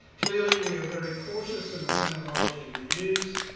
clearly we're very cautious in the terminology we use,